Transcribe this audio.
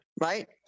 right